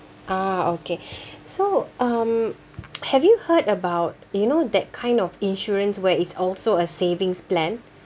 ah okay so um have you heard about you know that kind of insurance where it's also a savings plan